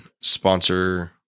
sponsor